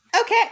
okay